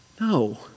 No